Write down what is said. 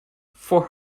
for